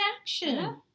action